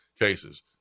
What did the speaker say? cases